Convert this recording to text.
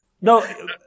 no